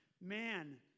Man